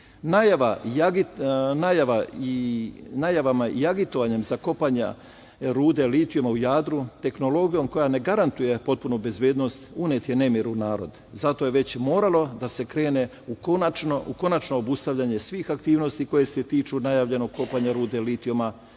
i agitovanjem za kopanje ruda litijuma u Jadru, tehnologija koja ne garantuje potpunu bezbednost unet je nemir u narod, zato je već moralo da se krene u konačno obustavljanje svih aktivnosti koje se tiče najavljenog kopanja rude litijuma